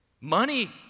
Money